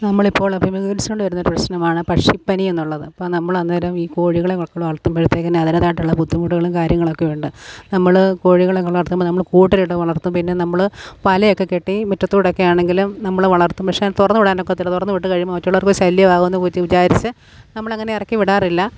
നമ്മളിപ്പോൾ അഭിമുഖീകരിച്ചുകൊണ്ട് വരുന്ന ഒരു പ്രശ്നമാണ് പക്ഷി പനി എന്നുള്ളത് അപ്പോൾ നമ്മൾ അന്നേരം ഈ കോഴികളെ വളർത്തുമ്പോഴത്തേക്കിന് അതിൻറേതായിട്ടുള്ള ബുദ്ധിമുട്ടുകളും കാര്യങ്ങളൊക്കെ ഉണ്ട് നമ്മൾ കോഴികളെ ഒക്കെ വളർത്തുമ്പോൾ നമ്മൾ കൂട്ടിലിട്ട് വളർത്തും പിന്നെ നമ്മൾ പലയൊക്കെ കെട്ടി മുറ്റത്തുകൂടെ ഒക്കെ ആണെങ്കിലും നമ്മൾ വളർത്തും പക്ഷേ തുറന്ന് വിടാൻ ഒക്കത്തില്ല തുറന്ന് വിട്ടുകഴിയുമ്പോൾ മറ്റുള്ളവർക്ക് ഒരു ശല്യം ആകുമെന്ന് വെച്ച് വിചാരിച്ച് നമ്മൾ അങ്ങനെ ഇറക്കി വിടാറില്ല